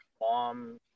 Mom